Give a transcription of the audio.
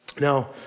Now